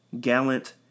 gallant